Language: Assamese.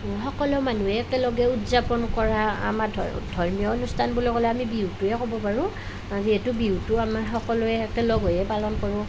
সকলো মানুহে একেলগে উদযাপন কৰা আমাৰ ধৰ্মীয় অনুষ্ঠান বুলি ক'লে আমি বিহুটোৱে ক'ব পাৰোঁ যিহেতু বিহুটোৱে আমাৰ সকলোৱে একেলগ হৈয়ে পালন কৰোঁ